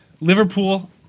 Liverpool